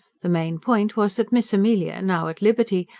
the main point was that miss amelia, now at liberty,